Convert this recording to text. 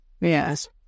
Yes